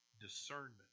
discernment